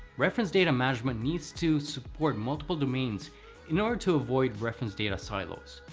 reference data management needs to support multiple domains in order to avoid reference data silos.